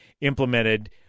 implemented